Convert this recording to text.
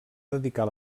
dedicar